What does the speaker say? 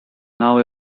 now